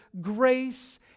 grace